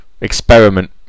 Experiment